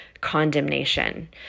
condemnation